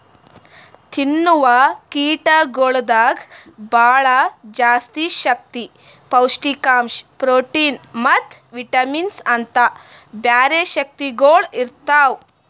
ತಿನ್ನವು ಕೀಟಗೊಳ್ದಾಗ್ ಭಾಳ ಜಾಸ್ತಿ ಶಕ್ತಿ, ಪೌಷ್ಠಿಕಾಂಶ, ಪ್ರೋಟಿನ್ ಮತ್ತ ವಿಟಮಿನ್ಸ್ ಅಂತ್ ಬ್ಯಾರೆ ಶಕ್ತಿಗೊಳ್ ಇರ್ತಾವ್